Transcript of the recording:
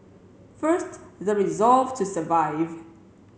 first the resolve to survive